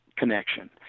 connection